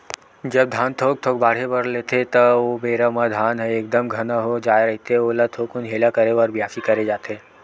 जब धान थोक थोक बाड़हे बर लेथे ता ओ बेरा म धान ह एकदम घना हो जाय रहिथे ओला थोकुन हेला करे बर बियासी करे जाथे